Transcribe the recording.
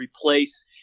replace